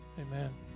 Amen